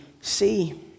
see